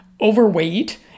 overweight